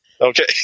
Okay